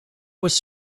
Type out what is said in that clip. was